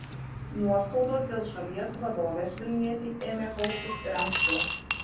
nuoskaudos dėl šalies vadovės vilnietei ėmė kauptis ir anksčiau